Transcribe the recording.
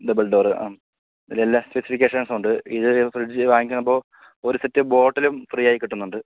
double door ആ ഇതിലെല്ലാ സ്പെസിഫിക്കേഷൻസും ഉണ്ട് ഇത് ഒര് ഫ്രിഡ്ജ് വാങ്ങിക്കുമ്പോൾ ഒരു സെറ്റ് ബോട്ടിലും ഫ്രീ ആയി കിട്ടുന്നുണ്ട്